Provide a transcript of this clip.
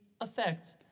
effect